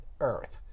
Earth